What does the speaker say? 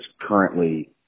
currently